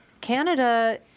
Canada